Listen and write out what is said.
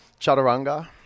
Chaturanga